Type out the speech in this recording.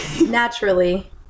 naturally